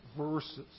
verses